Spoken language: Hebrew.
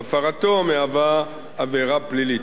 שהפרתו מהווה עבירה פלילית.